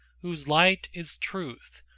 whose light is truth,